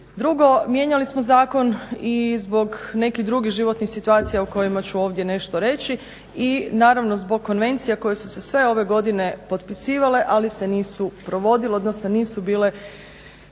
Drugo, mijenjali smo zakon i zbog nekih drugih životnih situacija o kojima ću ovdje nešto reći i naravno zbog konvencija koje su se sve ove godine potpisivale ali se nisu provodile odnosno nisu bile